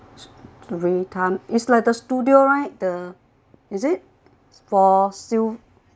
re~ is like the studio right the is it for sale